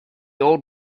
old